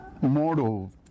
mortal